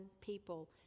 people